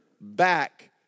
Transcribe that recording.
back